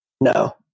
No